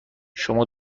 شما